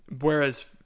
whereas